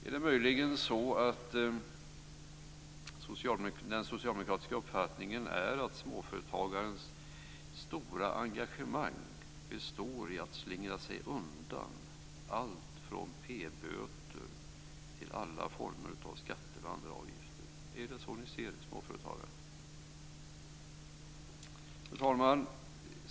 Är det möjligen så att den socialdemokratiska uppfattningen är att småföretagarens stora engagemang består i att slingra sig undan allt från P-böter till alla former av skatter och andra avgifter? Är det så ni ser småföretagarna? Fru talman!